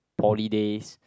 poly days